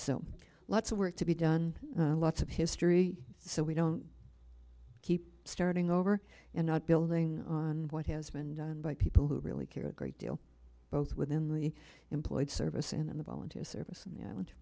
so lots of work to be done and lots of history so we don't keep starting over and not building on what has been done by people who really care a great deal both within the employed service and in the volunteer service and th